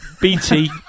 BT